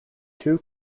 two